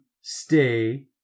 stay